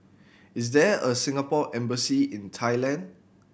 is there a Singapore Embassy in Thailand